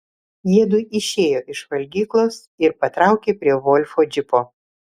jiedu išėjo iš valgyklos ir patraukė prie volfo džipo